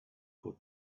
for